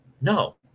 No